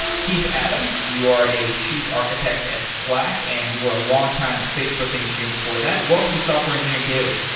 keith adams, you are a chief architecture at slack and you are a long-time facebook engineer before that. welcome to software engineering daily.